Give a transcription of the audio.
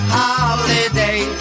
holiday